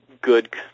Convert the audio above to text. good